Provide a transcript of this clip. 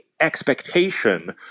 expectation